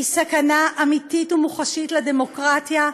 היא סכנה אמיתית ומוחשית לדמוקרטיה,